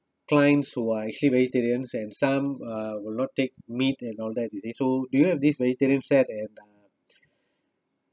client who are actually vegetarians and some uh will not take meat and all that you see so do you have this vegetarian set and